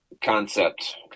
concept